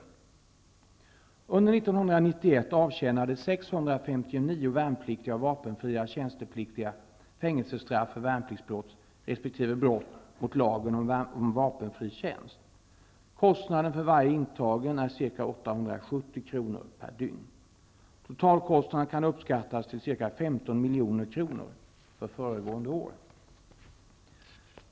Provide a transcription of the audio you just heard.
Under år 1991 avtjänade 659 värnpliktiga och vapenfria tjänstepliktiga fängelsestraff för värnpliktsbrott respektive brott mot lagen om vapenfri tjänst. Kostnaden för varje intagen är ca 870 kr. per dygn. Totalkostnaden kan uppskattas till ca 15 milj.kr. för föregående år.